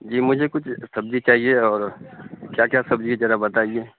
جی مجھے کچھ سبزی چاہیے اور کیا کیا سبزی ہے زرا بتائیے